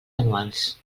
anuals